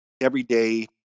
everyday